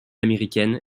américaine